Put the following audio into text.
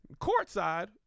courtside